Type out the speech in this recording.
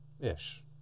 Ish